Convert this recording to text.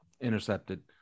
intercepted